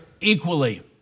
equally